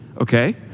Okay